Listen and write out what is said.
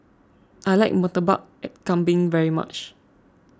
I like Murtabak Kambing very much